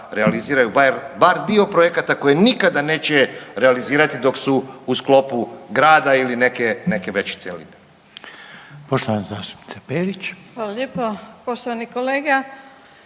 realiziraju bar dio projekata koji nikada neće realizirati dok su u sklopu grada ili neke veće cjeline. **Reiner, Željko (HDZ)** Poštovana